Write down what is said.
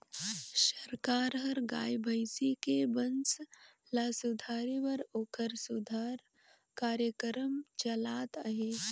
सरकार हर गाय, भइसी के बंस ल सुधारे बर ओखर सुधार कार्यकरम चलात अहे